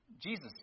Jesus